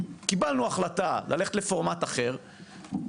קיבלנו החלטה ללכת לפורמט אחר,